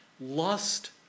lust